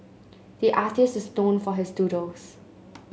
the artist is known for his doodles